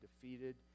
defeated